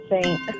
saint